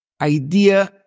idea